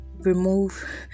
remove